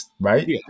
right